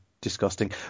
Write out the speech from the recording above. disgusting